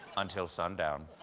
until sundown.